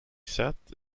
sept